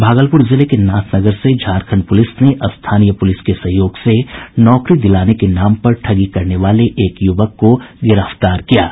भागलपुर जिले के नाथनगर से झारखंड पुलिस ने स्थानीय पुलिस के सहयोग से नौकरी दिलाने के नाम पर ठगी करने वाले एक युवक को गिरफ्तार किया है